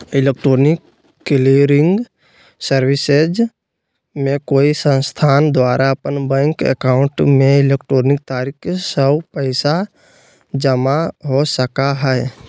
electronic clearing services में कोई संस्थान द्वारा अपन बैंक एकाउंट में इलेक्ट्रॉनिक तरीका स्व पैसा जमा हो सका हइ